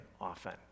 often